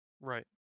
Right